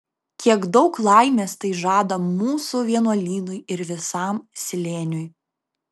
kiek daug laimės tai žada mūsų vienuolynui ir visam slėniui